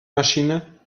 maschine